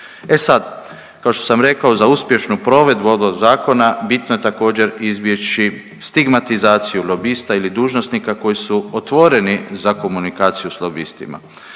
E sad, kao što sam rekao za uspješnu provedbu ovog zakona, bitno je također izbjeći stigmatizaciju lobista ili dužnosnika koji su otvoreni za komunikaciju s lobistima.